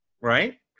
right